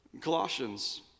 Colossians